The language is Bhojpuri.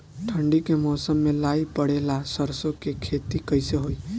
ठंडी के मौसम में लाई पड़े ला सरसो के खेती कइसे होई?